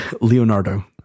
leonardo